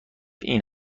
این